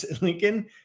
Lincoln